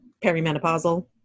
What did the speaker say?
perimenopausal